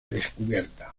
descubierta